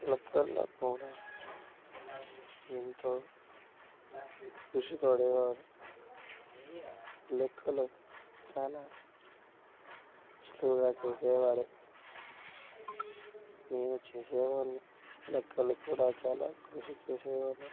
లెక్కలలో కూడా ఎంతో కృషిపడేవాడు లెక్కలు చాలా సులువుగా చేసేవాడు నేను చేసే వాడిని లెక్కలు కూడా చాలా కృషి చేసే వాడిని